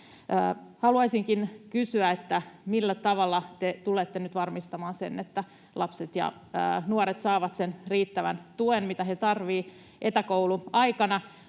Haluaisinkin kysyä: millä tavalla te tulette nyt varmistamaan sen, että lapset ja nuoret saavat sen riittävän tuen, mitä he tarvitsevat etäkouluaikana?